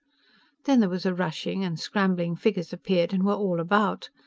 then there was a rushing, and scrambling figures appeared and were all about.